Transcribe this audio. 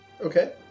Okay